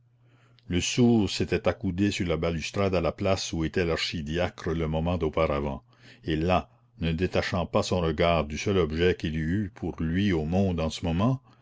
le sourd s'était accoudé sur la balustrade à la place où était l'archidiacre le moment d'auparavant et là ne détachant pas son regard du seul objet qu'il y eût pour lui au monde en ce moment